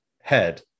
head